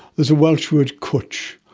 there's a welsh word, cwtch,